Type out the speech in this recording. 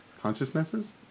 consciousnesses